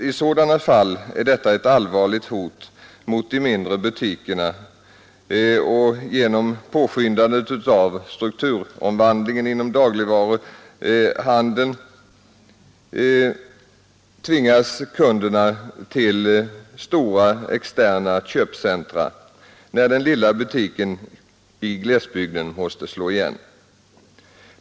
I sådana fall är detta ett allvarligt hot mot de mindre butikerna och genom påskyndandet av strukturomvandlingen inom dagligvaruhandeln tvingas kunderna till stora externa köpcentra när den lilla butiken i glesbygden måste slå igen.